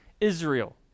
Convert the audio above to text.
Israel